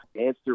answer